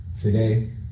Today